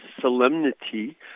solemnity